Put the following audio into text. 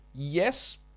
Yes